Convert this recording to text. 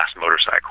Motorcycle